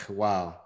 wow